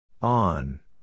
On